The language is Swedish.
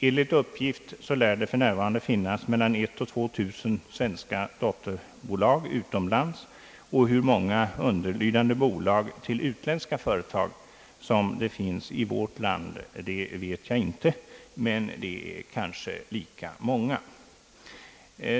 Enligt uppgift lär det för närvarande finnas mellan 1000 och 2000 svenska dotterbolag utomlands. Hur många underlydande bolag till utländska företag det finns i vårt land vet jag inte, men de är kanske lika många.